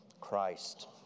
Christ